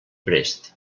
prest